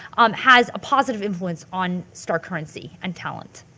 um has a positive influence on star currency and talent.